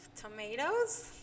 tomatoes